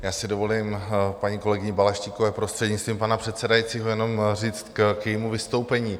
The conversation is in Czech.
Já si dovolím paní kolegyni Balaštíkové, prostřednictvím pana předsedajícího, jenom říct k jejímu vystoupení.